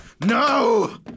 No